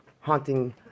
haunting